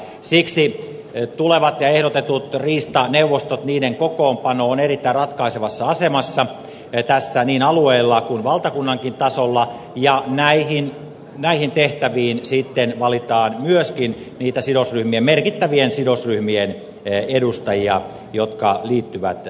siksi tulevat ja ehdotetut riistaneuvostot ja niiden kokoonpano ovat tässä erittäin ratkaisevassa asemassa niin alueilla kuin valtakunnankin tasolla ja näihin tehtäviin sitten valitaan myöskin niiden merkittävien sidosryhmien edustajia jotka liittyvät tähän työhön